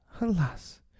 Alas